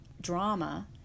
drama